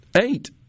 eight